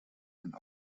sind